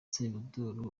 salvador